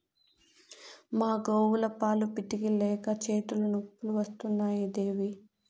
మా గోవుల పాలు పితిక లేక చేతులు నొప్పులు వస్తున్నాయి దేవీ